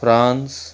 France